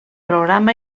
programa